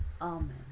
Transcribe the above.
Amen